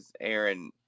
Aaron